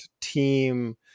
team